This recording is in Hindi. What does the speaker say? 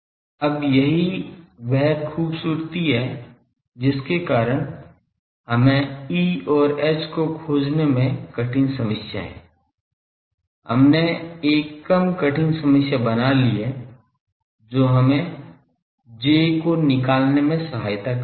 अब यही वह खूबसूरती है जिसके कारण हमें E और H को खोजने में कठिन समस्या है हमने एक कम कठिन समस्या बना ली है जो हमें J को निकालने में सहायता करती है